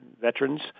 veterans